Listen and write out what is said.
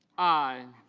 i.